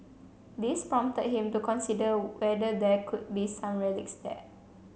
this prompted him to consider whether there could be some relics there